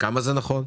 כמה זה נכון?